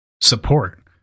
support